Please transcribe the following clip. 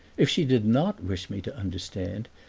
if she did not wish me to understand,